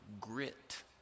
grit